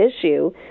issue